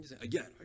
again